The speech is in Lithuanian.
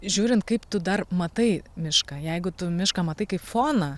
žiūrint kaip tu dar matai mišką jeigu tu mišką matai kaip foną